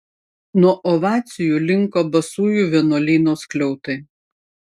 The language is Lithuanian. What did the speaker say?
nuo ovacijų linko basųjų vienuolyno skliautai